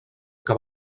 que